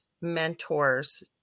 mentors